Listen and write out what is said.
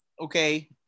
okay